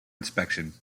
inspection